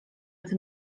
tym